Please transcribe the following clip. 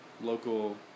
local